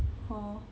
hor